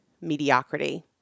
mediocrity